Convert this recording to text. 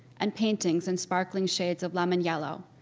and paintings in sparkling shades of lemon yellow,